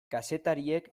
kazetariek